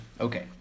Okay